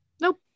Nope